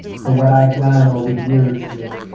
so what i have done over the years with